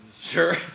Sure